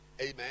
Amen